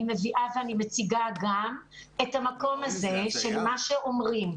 אני מביאה ואני מציגה גם את המקום הזה של מה שאומרים.